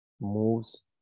moves